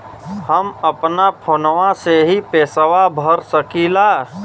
हम अपना फोनवा से ही पेसवा भर सकी ला?